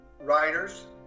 riders